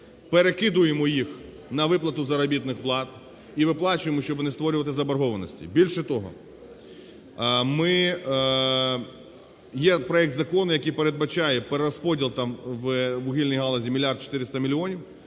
перекидаємо їх на виплату заробітних плат і виплачуємо, щоби не створювати заборгованості. Більше того, ми... є проект закону, який передбачає розподіл там у вугільній галузі 1 мільярд